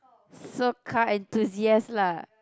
so car enthusiast lah